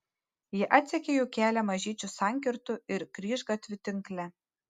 ji atsekė jų kelią mažyčių sankirtų ir kryžgatvių tinkle